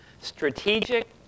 strategic